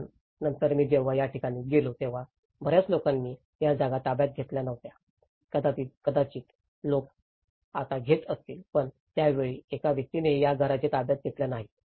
पण नंतर मी जेव्हा या ठिकाणी गेलो होतो तेव्हा बर्याच लोकांनी या जागा ताब्यात घेतल्या नव्हत्या कदाचित लोक आता घेत असतील पण त्या वेळी एका व्यक्तीनेही या घरे ताब्यात घेतल्या नाहीत